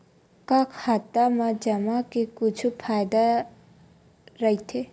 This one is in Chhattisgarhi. का खाता मा जमा के कुछु फ़ायदा राइथे?